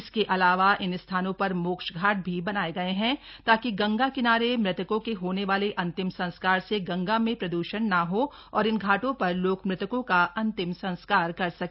इसके अलावा इन स्थानों पर मोक्ष घाट भी बनाए गए हैं ताकि गंगा किनारे मृतकों के होने वाले अंतिम संस्कार से गंगा में प्रद्षण ना हो और इन घाटों पर लोग मृतकों का अंतिम संस्कार कर सके